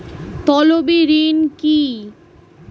তলবি ঋণ কি?